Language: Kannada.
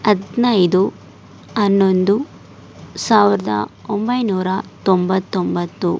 ಹದಿನೈದು ಹನ್ನೊಂದು ಸಾವಿರದ ಒಂಬೈನೂರ ತೊಂಬತ್ತೊಂಬತ್ತು